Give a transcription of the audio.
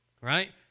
right